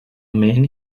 man